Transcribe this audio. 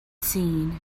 seen